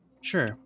sure